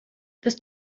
dass